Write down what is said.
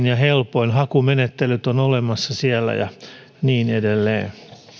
ja helpointa hakumenettelyt ovat olemassa siellä ja niin edelleen